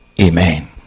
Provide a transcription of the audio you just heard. Amen